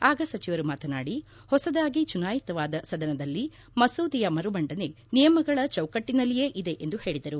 ಆಗ ಸಚಿವರು ಮಾತನಾಡಿ ಹೊಸದಾಗಿ ಚುನಾಯಿತವಾದ ಸದನದಲ್ಲಿ ಮಸೂದೆಯ ಮರುಮಂಡನೆ ನಿಯಮಗಳ ಚೌಕಟ್ಸನಲ್ಲಿಯೇ ಇದೆ ಎಂದು ಹೇಳಿದರು